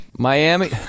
Miami